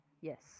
Yes